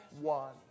one